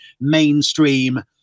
mainstream